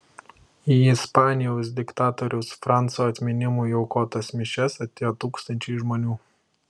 į ispanijos diktatoriaus franco atminimui aukotas mišias atėjo tūkstančiai žmonių